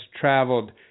Traveled